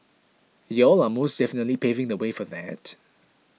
y'all are most definitely paving the way for that